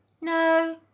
No